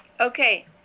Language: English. Okay